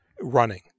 running